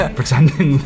pretending